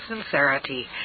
sincerity